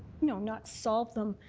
no, not solve them.